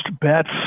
bets